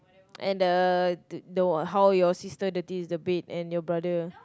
and the the how your sister dirties the bed and your brother